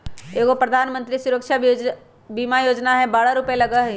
एगो प्रधानमंत्री सुरक्षा बीमा योजना है बारह रु लगहई?